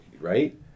right